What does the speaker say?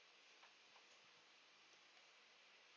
the